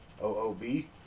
O-O-B